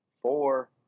four